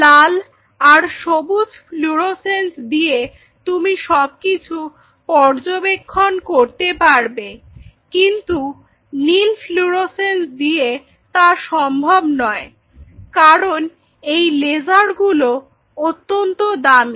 লাল আর সবুজ ফ্লুরোসেন্স দিয়ে তুমি সবকিছু পর্যবেক্ষণ করতে পারবে কিন্তু নীল ফ্লুরোসেন্স দিয়ে তা সম্ভব নয় কারণ এই লেজারগুলো অত্যন্ত দামি